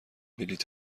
بلیط